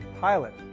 pilot